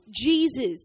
Jesus